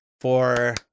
for-